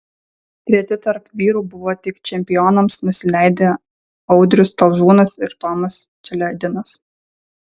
treti tarp vyrų buvo tik čempionams nusileidę audrius talžūnas ir tomas čeledinas